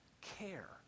care